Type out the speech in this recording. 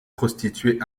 prostituées